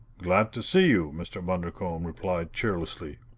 glad to see you! mr. bundercombe replied cheerlessly.